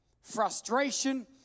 frustration